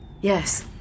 Yes